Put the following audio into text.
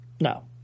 no